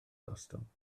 gostwng